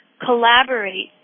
collaborate